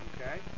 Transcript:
Okay